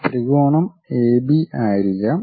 ത്രികോണം എബി ആയിരിക്കാം